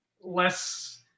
less